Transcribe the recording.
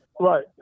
Right